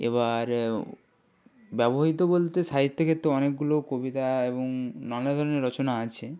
এবার ব্যবহৃত বলতে সাহিত্যিকের তো অনেকগুলো কবিতা এবং নানা ধর্মী রচনা আছে